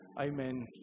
Amen